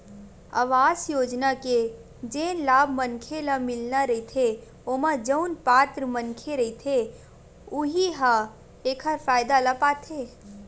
अवास योजना के जेन लाभ मनखे ल मिलना रहिथे ओमा जउन पात्र मनखे रहिथे उहीं ह एखर फायदा ल पाथे